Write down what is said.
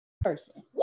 person